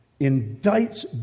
indicts